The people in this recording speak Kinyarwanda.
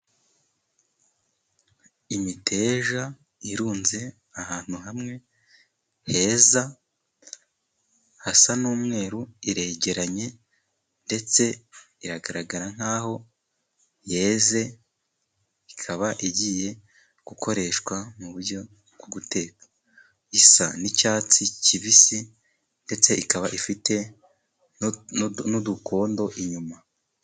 Imiteja irunze ahantu hamwe heza hasa n'umweru, iregeranye ndetse iragaragara nkaho yeze ikaba igiye gukoreshwa mu buryo bwo guteka, isa n'icyatsi kibisi ndetse ikaba ifite n'udukondo inyuma.